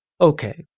Okay